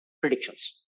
predictions